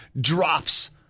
drops